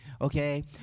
Okay